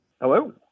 Hello